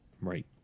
Right